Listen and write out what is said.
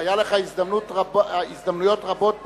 היו לך הזדמנויות רבות פה,